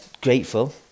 grateful